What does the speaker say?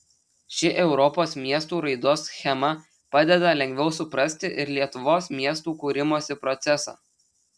ši europos miestų raidos schema padeda lengviau suprasti ir lietuvos miestų kūrimosi procesą